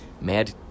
MAD